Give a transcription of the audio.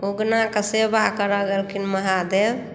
उगनाके सेवा करऽ लगलखिन महादेव